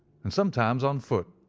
and sometimes on foot,